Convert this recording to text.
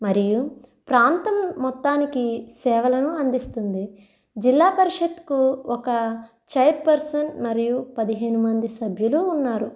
మరియు ప్రాంతం మొత్తానికి సేవలను అందిస్తుంది జిల్లా పరిషత్కు ఒక చైర్ పర్సన్ మరియు పదిహేను మంది సభ్యులు ఉన్నారు